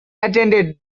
attended